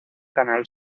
canal